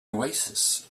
oasis